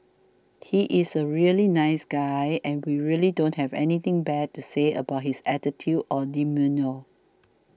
he is a really nice guy and we really don't have anything bad to say about his attitude or demeanour